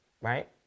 Right